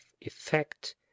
effect